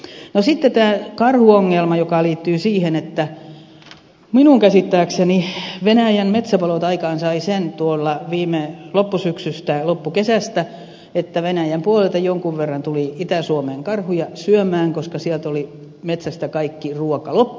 no sitten tämä karhuongelma joka liittyy siihen että minun käsittääkseni venäjän metsäpalot aikaansaivat sen tuolla viime loppukesästä että venäjän puolelta jonkun verran tuli itä suomeen karhuja syömään koska sieltä oli metsästä kaikki ruoka loppu